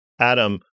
adam